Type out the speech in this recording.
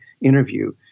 interview